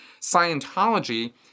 Scientology